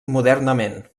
modernament